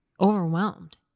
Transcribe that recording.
overwhelmed